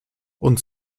und